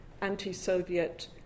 anti-Soviet